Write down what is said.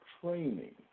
training